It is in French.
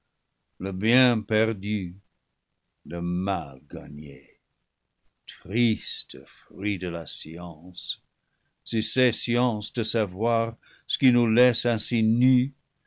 le bien perdu le mal gagné triste fruit de la science si c'est science de savoir ce qui nous laisse ainsi nus